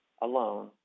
alone